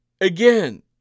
Again